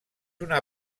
una